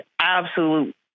absolute